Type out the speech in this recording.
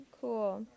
cool